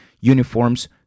uniforms